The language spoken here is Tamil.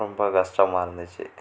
ரொம்ப கஷ்டமாகருந்துச்சி